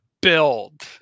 build